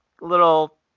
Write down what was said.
little